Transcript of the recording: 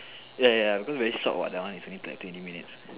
ya ya because very short what that one is only like twenty minutes